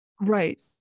right